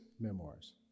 memoirs